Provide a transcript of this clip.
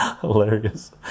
hilarious